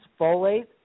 folate